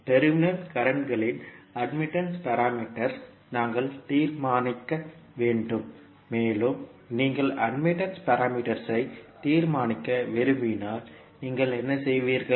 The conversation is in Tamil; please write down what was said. டெர்மினல் கரண்ட்களின் அட்மிட்டன்ஸ் பாராமீட்டர்ஸ் நாங்கள் தீர்மானிக்க வேண்டும் மேலும் நீங்கள் அட்மிட்டன்ஸ் பாராமீட்டர்ஸ் ஐ தீர்மானிக்க விரும்பினால் நீங்கள் என்ன செய்வீர்கள்